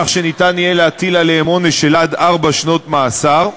כך שיהיה אפשר להטיל עליהם עונש עד ארבע שנות מאסר,